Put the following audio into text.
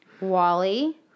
Wally